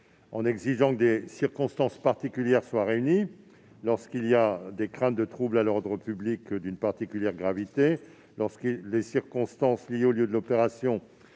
en exigeant que des circonstances particulières soient réunies : lorsqu'il existe des craintes de troubles à l'ordre public d'une particulière gravité, lorsque les circonstances liées au lieu de l'opération